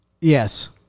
Yes